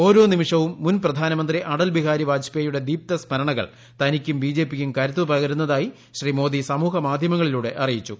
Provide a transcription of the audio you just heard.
ഓരോ നിമിഷവും മുൻ പ്രധാനമന്ത്രി അടൽ ബിഹാരി വാജ്പേയിയുടെ ദീപ്തസ്മരണകൾ തനിക്കും ബി ജെ പിക്കും കരുത്തു പകരുന്നതായി ശ്രീ മോദി സമൂഹ മാധ്യമങ്ങളിലൂടെ അറിയിച്ചു